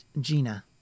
Gina